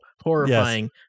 Horrifying